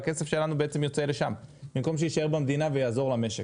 והכסף שלנו יוצא לשם במקום שיישאר במדינה ויעזור למשק.